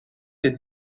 des